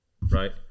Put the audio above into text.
Right